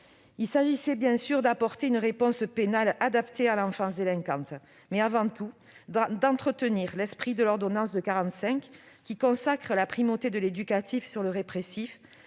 Il s'agissait bien sûr d'apporter une réponse pénale adaptée à l'enfance délinquante, mais avant tout d'entretenir l'esprit de l'ordonnance de 1945, qui consacre la primauté de l'éducatif sur le répressif,